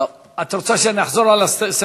טוב, את רוצה שאני אחזור על הסטנוגרמה?